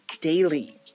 Daily